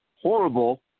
horrible